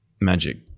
magic